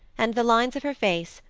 and the lines of her face,